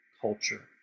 culture